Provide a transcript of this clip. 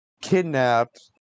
kidnapped